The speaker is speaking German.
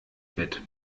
bett